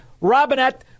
Robinette